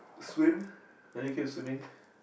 swim now you keep swimming